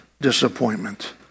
disappointment